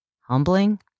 humbling